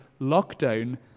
lockdown